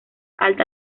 alta